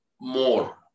more